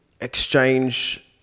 exchange